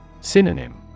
Synonym